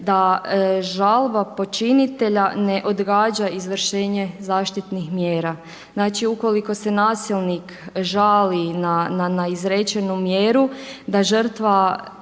da žalba počinitelja ne odgađa izvršenje zaštitnih mjera. Znači ukoliko se nasilnik žali na izrečenu mjeru da žrtva